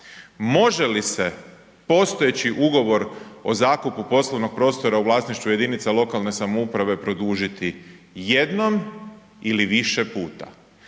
može li se postojeći ugovor o zakupu poslovnog prostora u vlasništvu jedinica lokalne samouprave produžiti jednom ili više puta.